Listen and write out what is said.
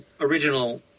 original